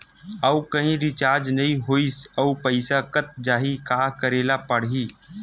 आऊ कहीं रिचार्ज नई होइस आऊ पईसा कत जहीं का करेला पढाही?